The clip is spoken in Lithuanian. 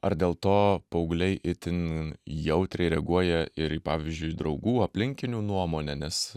ar dėl to paaugliai itin jautriai reaguoja ir į pavyzdžiui draugų aplinkinių nuomonę nes